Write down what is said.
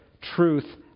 truth